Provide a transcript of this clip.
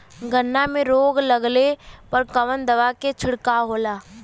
गन्ना में रोग लगले पर कवन दवा के छिड़काव होला?